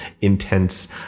intense